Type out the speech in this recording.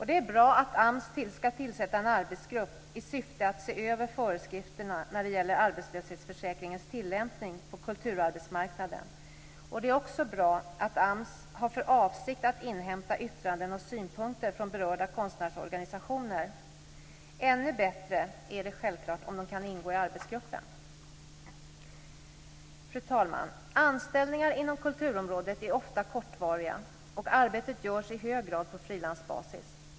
Det är bra att AMS ska tillsätta en arbetsgrupp i syfte att se över föreskrifterna när det gäller arbetslöshetsförsäkringens tillämpning på kulturarbetsmarknaden. Det är också bra att AMS har för avsikt att inhämta yttranden och synpunkter från berörda konstnärsorganisationer. Ännu bättre är det självklart om de kan ingå i arbetsgruppen. Fru talman! Anställningar inom kulturområdet är ofta kortvariga. Arbetet görs i hög grad på frilansbasis.